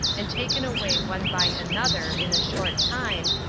and taken away one by another, in a short time,